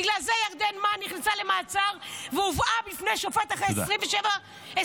בגלל זה ירדן מן נכנסה למעצר והובאה בפני שופט אחרי 27 שעות.